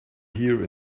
here